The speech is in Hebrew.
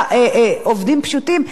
הם צריכים לשכור עורך-דין,